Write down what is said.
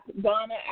Donna